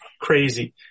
crazy